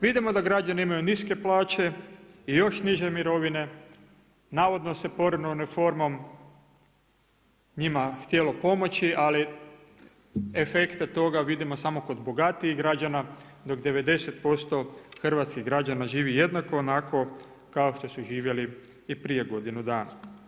Vidimo da građani imaju niske plaće i još niže mirovine, navodno se … reformom njima htjelo pomoći ali efekte toga vidimo samo kod bogatijih građana dok 90% hrvatskih građana živi jednako onako kao što su živjeli i prije godinu dana.